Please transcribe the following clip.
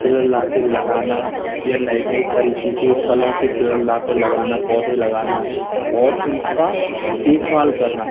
पेड़ लाके लगाना या नए नए तरीके के फलों के पेड़ लाके लगाना पौधे लगाना और उनका देखभाल करना